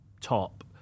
top